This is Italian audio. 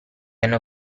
hanno